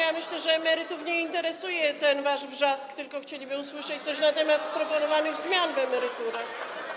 Ja myślę, że emerytów nie interesuje ten wasz wrzask, tylko chcieliby usłyszeć coś na temat proponowanych zmian w emeryturach.